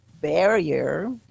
barrier